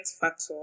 factor